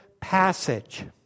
passage